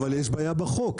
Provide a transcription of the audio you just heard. אבל יש בעיה בחוק,